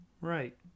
Right